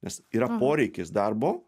nes yra poreikis darbo